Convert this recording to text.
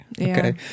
okay